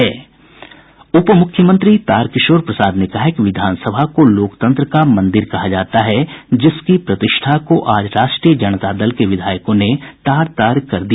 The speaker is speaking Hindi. उप मुख्यमंत्री तार किशोर प्रसाद ने कहा है कि विधानसभा को लोकतंत्र का मंदिर कहा जाता है जिसकी प्रतिष्ठा को आज राष्ट्रीय जनता दल के विधायकों ने तार तार कर दिया